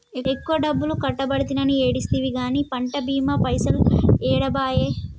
ఎక్కువ డబ్బులు కట్టబడితినని ఏడిస్తివి గాని పంట బీమా పైసలు ఏడబాయే